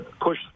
push